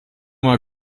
mal